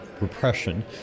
repression